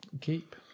Keep